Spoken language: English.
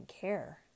care